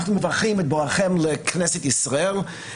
אנחנו מברכים את בואכם לכנסת ישראל,